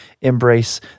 embrace